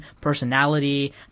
personality